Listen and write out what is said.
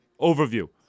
overview